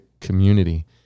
community